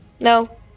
No